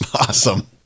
Awesome